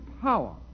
power